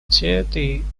территориальную